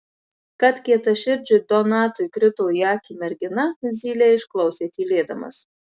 kad kietaširdžiui donatui krito į akį mergina zylė išklausė tylėdamas